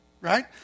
right